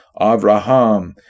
Avraham